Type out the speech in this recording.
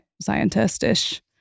scientist-ish